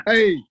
Hey